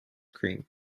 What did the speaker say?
cream